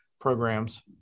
programs